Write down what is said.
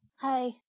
Hi